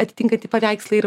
atitinkantį paveikslą ir